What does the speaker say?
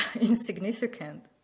insignificant